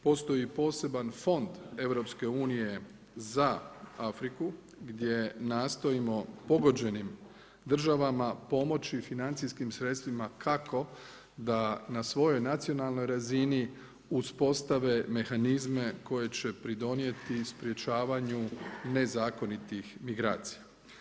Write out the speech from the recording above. Postoji poseban Fond EU za Afriku gdje nastojimo pogođenim državama pomoći financijskim sredstvima kako da na svojoj nacionalnoj razini uspostave mehanizme koji će pridonijeti sprječavanju nezakonitih migracija.